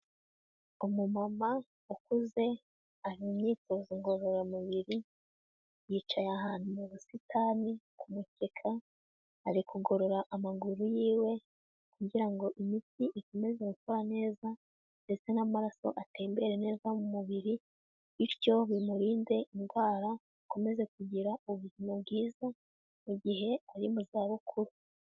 Umumama ukuze ari mu myitozo ngororamubiri, yicaye ahantu mu busitani ku mukeka, ari kugorora amaguru yiwe kugira ngo imitsi ikomeze gukora neza ndetse n'amaraso atembera neza mu mubiri, bityo bimurinde indwara akomeze kugira ubuzima bwiza mu gihe ari mu zabukuru.